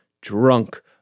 drunk